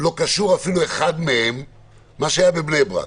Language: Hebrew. לא קשורים אפילו אחד מהם למה שהיה בבני ברק.